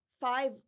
five